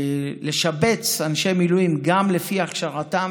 לשבץ אנשי מילואים גם לפי הכשרתם,